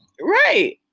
Right